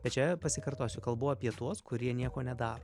tai čia pasikartosiu kalbu apie tuos kurie nieko nedaro